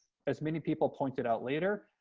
as many people pointed out later,